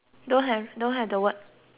don't what mine don't have